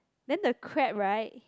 then he crab right